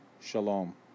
Shalom